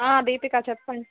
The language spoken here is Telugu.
దీపిక చెప్పండి